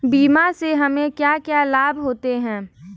बीमा से हमे क्या क्या लाभ होते हैं?